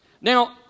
Now